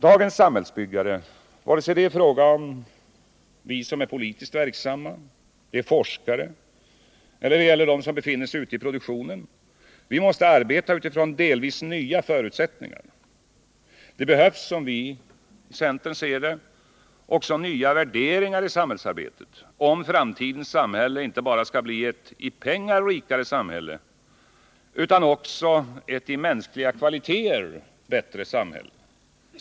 Dagens samhällsbyggare — vare sig de är politiskt verksamma, forskare eller befinner sig ute i produktionen — måste arbeta utifrån delvis nya förutsättningar. Det behövs, som vi i centern ser saken, också nya värderingar i samhällsarbetet, om framtidens samhälle inte bara skall bli ett i pengar rikare samhälle utan också ett i mänskliga kvaliteter bättre samhälle.